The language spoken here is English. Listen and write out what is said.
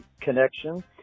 connection